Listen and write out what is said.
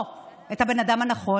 מזמנו, והייתי רואה אותך משועמם לפעמים,